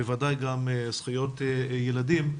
בוודאי גם זכויות ילדים.